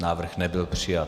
Návrh nebyl přijat.